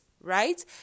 right